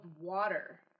water